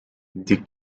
the